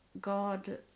God